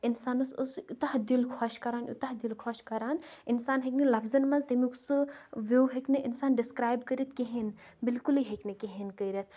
اِنسانس اوس یوٗتاہ دِل خۄش کران یوٗتاہ دِل خۄش کران اِنسان ہیٚکہِ نہٕ لفطن منٛز تَمیُک سُہ ویو ہٮ۪کہِ نہٕ اِنسان ڈِسکرایب کٔرِتھ کِہینۍ بِلکُلے ہٮ۪کہِ نہٕ کِہینۍ کٔرِتھ